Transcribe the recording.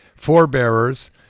forebearers